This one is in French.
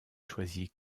choisit